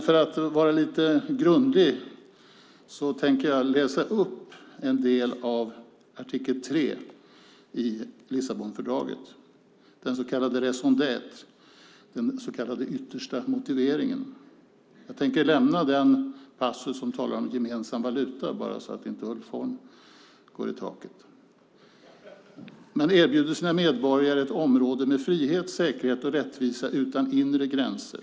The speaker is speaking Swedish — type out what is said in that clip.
För att vara lite grundlig tänker jag läsa upp en del av artikel 3 i Lissabonfördraget, den så kallade raison d'être, den yttersta motiveringen. Jag tänker lämna den passus som talar om gemensam valuta, så att inte Ulf Holm går i taket. Man erbjuder sina medborgare ett område med frihet, säkerhet och rättvisa utan inre gränser.